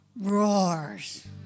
roars